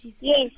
Yes